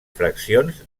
fraccions